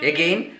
Again